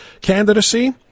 candidacy